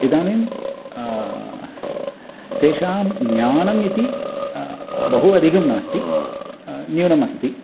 इदानीं तेषां ज्ञानमिति बहु अधिकं नास्ति न्यूनमस्ति